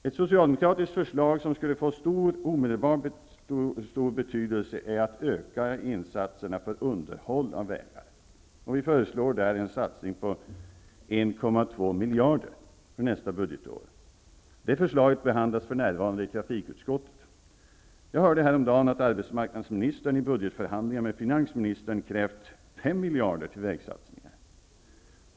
Ett socialdemokratiskt förslag som skulle få stor omedelbar betydelse är en ökning av insatserna för underhåll av vägar. Här föreslår vi för nästa budgetår en satsning med 1,2 miljarder kronor. Detta förslag behandlas för närvarande i trafikutskottet. Jag hörde häromdagen att arbetsmarknadsministern i budgetförhandlingar med finansministern hade krävt 5 miljarder till vägsatsningar.